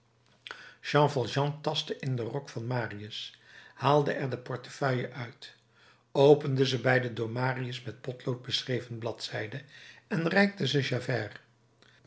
jean valjean tastte in den rok van marius haalde er de portefeuille uit opende ze bij de door marius met potlood beschreven bladzijde en reikte